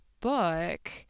book